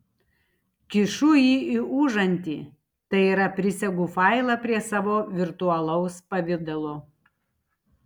kišu jį į užantį tai yra prisegu failą prie savo virtualaus pavidalo